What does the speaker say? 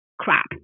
crap